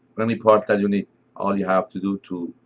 when we plus that unit, all you have to do to